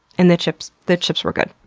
and the chips the chips were good.